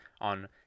on